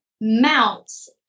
mounts